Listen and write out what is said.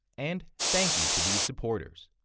and thank you to these supporters.